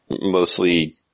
mostly